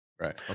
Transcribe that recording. right